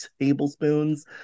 tablespoons